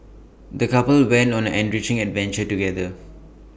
the couple went on an enriching adventure together